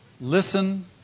listen